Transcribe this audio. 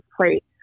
plate